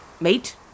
Mate